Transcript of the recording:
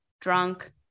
drunk